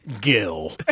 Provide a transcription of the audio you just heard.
Gil